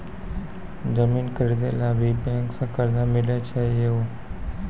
जमीन खरीदे ला भी बैंक से कर्जा मिले छै यो?